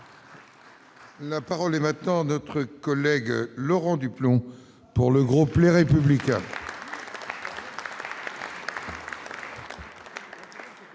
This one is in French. La parole est maintenant notre collègue Laurent du plomb pour le groupe, les républicains.